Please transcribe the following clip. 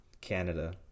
Canada